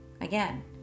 Again